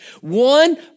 One